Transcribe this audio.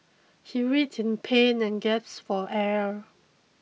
he writhed in pain and gasped for air